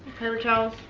paper towels.